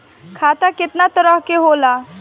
खाता केतना तरह के होला?